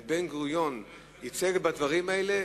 בן-גוריון ייצג בדברים האלה,